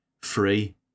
free